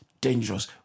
dangerous